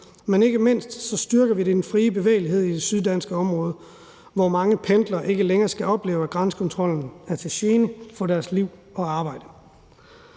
Men ikke mindst styrker vi den frie bevægelighed i det syddanske område, så mange pendlere ikke længere skal opleve, at grænsekontrollen er til gene for deres liv og arbejde.